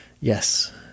Yes